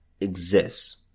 exists